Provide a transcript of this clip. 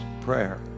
prayer